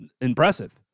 impressive